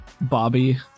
Bobby